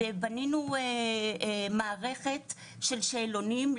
ובנינו מערכת של שאלונים.